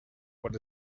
what